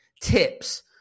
tips